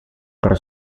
pro